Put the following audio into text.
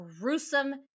gruesome